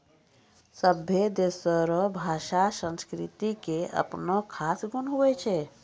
सभै देशो रो भाषा संस्कृति के अपनो खास गुण हुवै छै